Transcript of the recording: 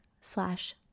slash